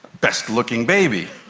best looking baby.